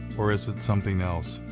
or is it something else?